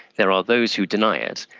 there are those who deny it,